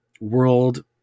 world